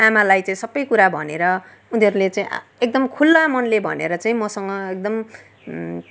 आमालाई चाहिँ सब कुरा भनेर उनीहरूले चाहिँ एकदम खुला मनले भनेर चाहिँ मसँग एकदम